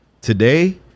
Today